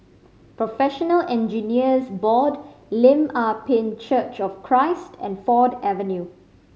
Professional Engineers Board Lim Ah Pin Church of Christ and Ford Avenue